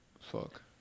Fuck